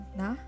na